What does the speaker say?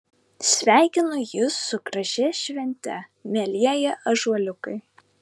sveikinu jus su gražia švente mielieji ąžuoliukai